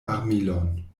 armilon